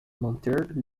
manter